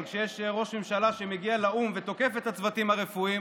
אבל כשיש ראש ממשלה שמגיע לאו"ם ותוקף את הצוותים הרפואיים,